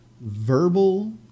verbal